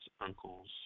uncles